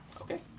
Okay